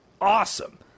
awesome